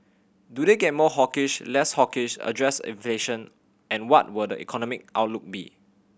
do they get more hawkish less hawkish address inflation and what will the economic outlook be